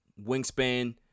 wingspan